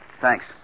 Thanks